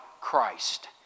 Christ